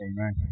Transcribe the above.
Amen